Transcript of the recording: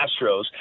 Astros